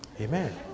Amen